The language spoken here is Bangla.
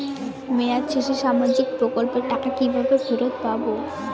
মেয়াদ শেষে সামাজিক প্রকল্পের টাকা কিভাবে ফেরত পাবো?